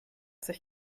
sich